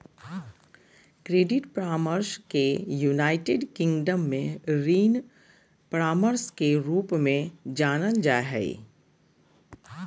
credit परामर्श के United Kingdom में ऋण परामर्श के रूप में जानल जा हइ